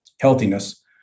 healthiness